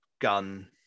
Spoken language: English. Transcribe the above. gun